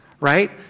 right